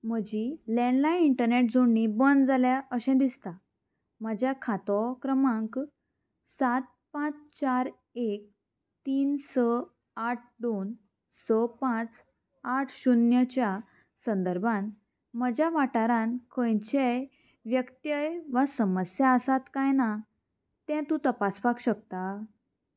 म्हजी landline internet जोडणी बंद जाल्या अशें दिसता म्हज्या खातो क्रमांक सात पांच चार एक तीन स आठ दोन स पांच आठ शुन्य च्या संदर्भान म्हज्या वाठारांत खंयचेय व्यक्तय वा समस्या आसात काय ना तें तूं तपासपाक शकता